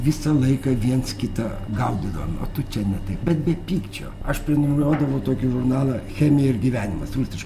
visą laiką viens kitą gaudydavome o tu čia ne taip bet be pykčio aš prenumeruodavau tokį žurnalą chemija ir gyvenimas rusiškai